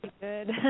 good